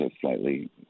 slightly